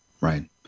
right